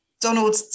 donald